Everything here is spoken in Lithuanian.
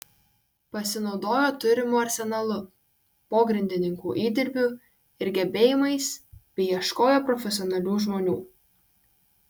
pasinaudojo turimu arsenalu pogrindininkų įdirbiu ir gebėjimais bei ieškojo profesionalių žmonių